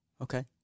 Okay